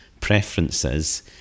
preferences